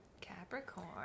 capricorn